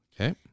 Okay